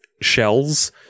shells